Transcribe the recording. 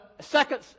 second